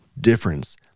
difference